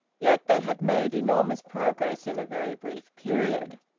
yet they had made enormous progress in a very brief period,